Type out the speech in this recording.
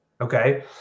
Okay